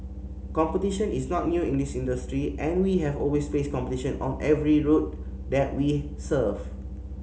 competition is not new in this industry and we have always faced competition on every route that we serve